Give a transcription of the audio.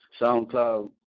SoundCloud